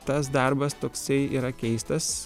tas darbas toksai yra keistas